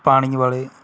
ਪਾਣੀ ਵਾਲੇ